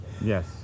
Yes